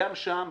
גם שם,